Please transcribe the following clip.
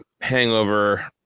hangover